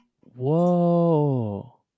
Whoa